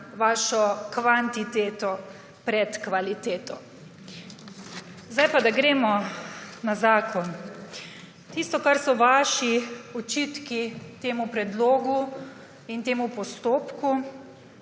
vašo kvantiteto pred kvaliteto. Sedaj pa gremo na zakon. Tisto, kar so vaši očitki temu predlogu in temu postopku